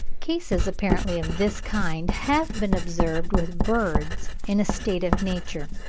cases apparently of this kind have been observed with birds in a state of nature.